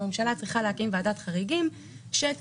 הממשלה צריכה להקים ועדת חריגים שתדון